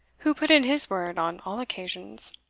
who put in his word on all occasions,